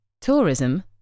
tourism